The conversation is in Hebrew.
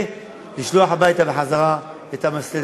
ולשלוח בחזרה את המסתננים,